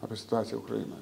apie situaciją ukrainoj